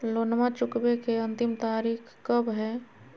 लोनमा चुकबे के अंतिम तारीख कब हय?